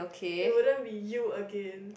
you wouldn't be you again